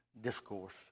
Discourse